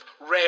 rare